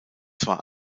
zwar